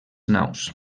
naus